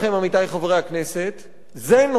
זה נושא שמחייב סערה ציבורית,